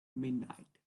midnight